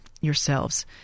yourselves